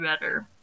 better